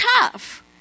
tough